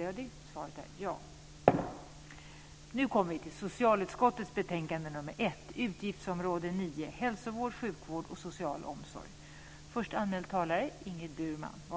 ett bifall.